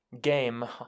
game